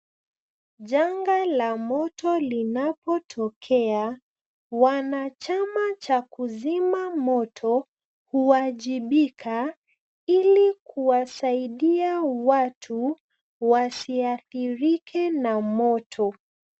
Janga la moto linapotokea wanachama cha kuzima moto huajibika ili kuwasaidia watu wasiathirike na moto.